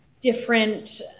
different